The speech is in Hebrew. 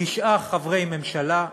תשעה חברי ממשלה,